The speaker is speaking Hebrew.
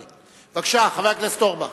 בבקשה, חבר הכנסת אורבך.